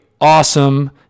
awesome